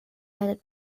headed